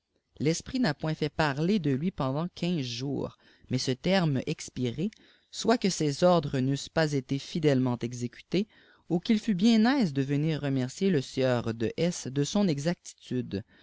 l'fasprit n'a point fait parler de lui pendant quinze jours mais ce terme expiî é soit que ses ordres n'eussent pas été fidèlement êxéïïiltês ou quil fut bien aise de venir remercier îe sieur dé s de son exactitude